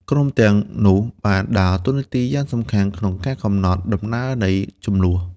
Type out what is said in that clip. ក្រុមទាំងនោះបានដើរតួនាទីយ៉ាងសំខាន់ក្នុងការកំណត់ដំណើរនៃជម្លោះ។